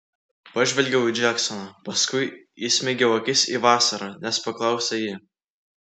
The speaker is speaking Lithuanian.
pažvelgiau į džeksoną paskui įsmeigiau akis į vasarą nes paklausė ji